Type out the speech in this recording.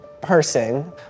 person